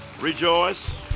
Rejoice